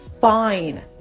fine